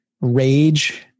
rage